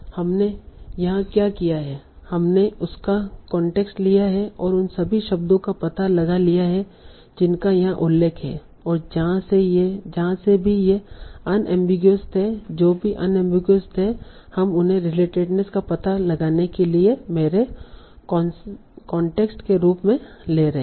हमने यहाँ क्या किया है हमने उसका कांटेक्स्ट लिया है और उन सभी शब्दों का पता लगा लिया है जिनका यहाँ उल्लेख हैं और जहां से भी ये अनएमबीगुइस थे जो भी अनएमबीगुइस थे हम उन्हें रिलेटेडनेस का पता लगाने के लिए मेरे कांटेक्स्ट के रूप में ले रहे हैं